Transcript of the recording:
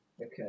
okay